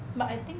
but I think